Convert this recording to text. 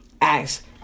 ask